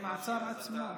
ממעצר עצמו.